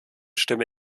stimme